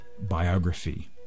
biography